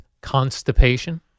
constipation